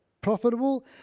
profitable